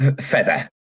feather